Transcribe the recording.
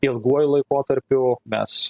ilguoju laikotarpiu mes